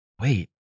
wait